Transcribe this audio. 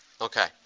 Okay